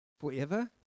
Forever